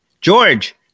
George